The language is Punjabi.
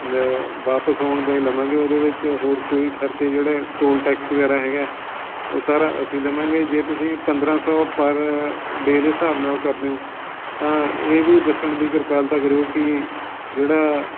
ਵਾਪਸ ਹੋਣ ਦਾ ਹੀ ਲਵਾਂਗੇ ਉਹਦੇ ਵਿੱਚ ਹੋਰ ਕੋਈ ਖਰਚੇ ਜਿਹੜਾ ਟੋਲ ਟੈਕਸ ਵਗੈਰਾ ਹੈਗਾ ਉਹ ਸਾਰਾ ਅਸੀਂ ਦੇਵਾਂਗੇ ਜੇ ਤੁਸੀਂ ਪੰਦਰਾਂ ਸੌ ਪਰ ਡੇ ਦੇ ਹਿਸਾਬ ਨਾਲ ਕਰਦੇ ਹੋ ਤਾਂ ਇਹ ਵੀ ਦੱਸਣ ਦੀ ਕ੍ਰਿਪਾਲਤਾ ਕਰਿਓ ਕਿ ਜਿਹੜਾ